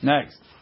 Next